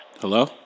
Hello